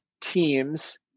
teams